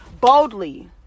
boldly